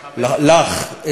לך,